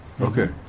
Okay